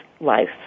life